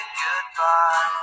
goodbye